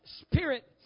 spirit